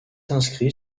inscrit